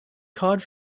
cod